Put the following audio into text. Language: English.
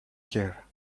her